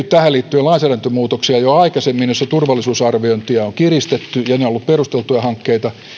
tähän liittyen jo aikaisemmin lainsäädäntömuutoksia joissa turvallisuusarviointia on kiristetty ja ne ovat olleet perusteltuja hankkeita